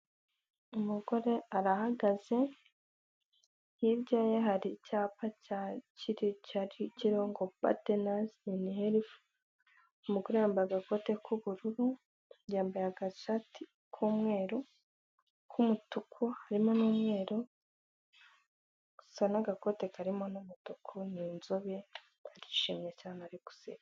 Umugore arahagaze hirya ye hari icyapa cya kiri cyari kiriho ngo patanazi ini herifu, umugore yambaye agakote k'ubururu yambaye agashati k'umweru, n'umutuku harimo n'umweru gusa n'agakote karimo n'umutuku ni inzobe barishimye cyane ari guseka.